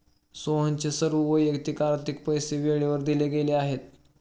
सोहनचे सर्व वैयक्तिक आर्थिक पैसे वेळेवर दिले गेले आहेत